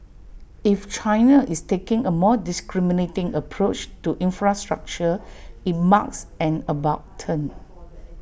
if China is taking A more discriminating approach to infrastructure IT marks an about turn